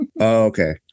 okay